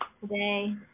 today